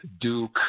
duke